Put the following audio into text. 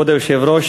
כבוד היושב-ראש,